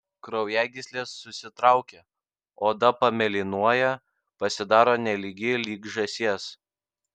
kraujagyslės susitraukia oda pamėlynuoja pasidaro nelygi lyg žąsies